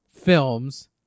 films